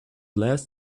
last